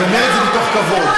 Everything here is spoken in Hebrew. אני אומר את זה מתוך כבוד.